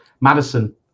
madison